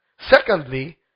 Secondly